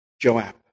Joab